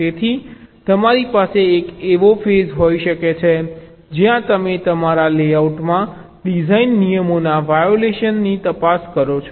તેથી તમારી પાસે એક એવો ફેઝ હોઈ શકે છે જ્યાં તમે તમારા લેઆઉટમાં ડિઝાઇન નિયમોના વાયોલેશનની તપાસ કરો છો